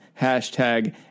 Hashtag